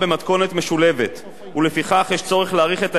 ולפיכך יש צורך להאריך את ההסדר הקיים בכמה שנים.